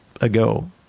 ago